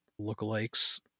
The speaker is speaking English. lookalikes